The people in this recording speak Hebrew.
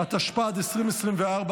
התשפ"ד 2024,